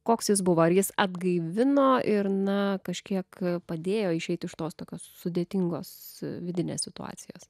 koks jis buvo ar jis atgaivino ir na kažkiek padėjo išeiti iš tos tokios sudėtingos vidinės situacijos